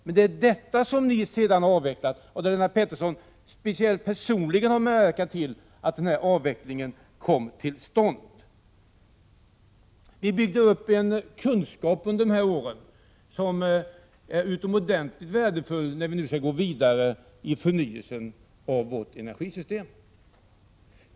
Men det är detta, Lennart Pettersson, som ni sedan har avvecklat, och Lennart Pettersson har personligen medverkat till att avvecklingen kommit till stånd. Vi byggde under dessa regeringsår upp en kunskap som är utomordentligt värdefull när vi nu skall gå vidare i förnyelsen av vårt energisystem.